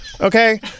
Okay